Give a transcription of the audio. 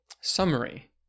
summary